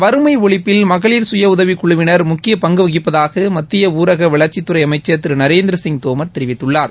வறுமை ஒழிப்பில் மகளிர் சுய உதவிக் குழுவினர் முக்கிய பங்கு வகிப்பதாக மத்திய ஊரக வளர்ச்சித்துறை அமைச்சர் திரு நரேந்திர சிங் தோமர் தெரிவித்துள்ளார்